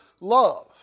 love